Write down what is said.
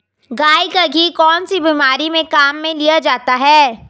गाय का घी कौनसी बीमारी में काम में लिया जाता है?